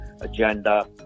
agenda